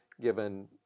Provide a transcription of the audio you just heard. given